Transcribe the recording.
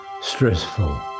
stressful